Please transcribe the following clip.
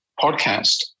podcast